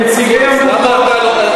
נציגי עמותות,